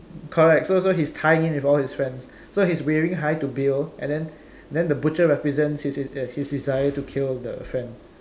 correct so so he's tying in with all his friends so he's waving hi to Bill and then then the butcher represents his his uh his desire to kill the friend